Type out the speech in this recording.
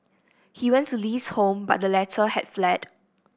he went to Li's home but the latter had fled